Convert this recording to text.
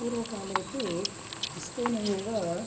पूर्वकाले तु हस्तेन एव